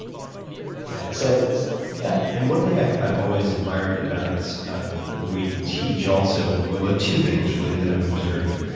yeah yeah so yeah and one thing i've i've always admired about the way you teach also well, ah two things, really, that i've observed.